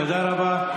תודה רבה.